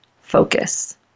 focus